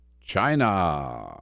China